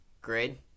grade